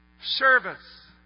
service